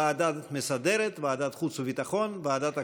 ועדה מסדרת, ועדת החוץ והביטחון, ועדת הכספים,